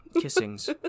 Kissings